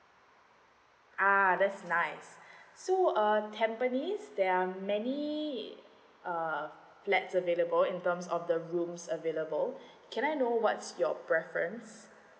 ah that's nice so uh tampines there are many uh flats available in terms of the rooms available can I know what's your preference